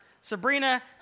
Sabrina